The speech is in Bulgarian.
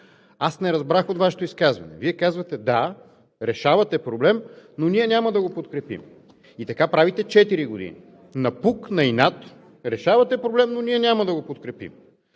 Аз не разбрах от Вашето изказване – Вие казвате: „Да, решавате проблем, но ние няма да го подкрепим“ и така правите четири години, напук, на инат решавате проблем, но ние няма да го подкрепим.